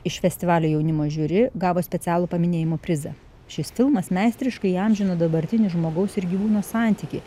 iš festivalio jaunimo žiuri gavo specialų paminėjimo prizą šis filmas meistriškai įamžino dabartinį žmogaus ir gyvūno santykį